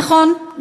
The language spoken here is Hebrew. נכון,